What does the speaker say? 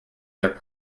their